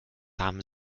haben